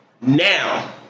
now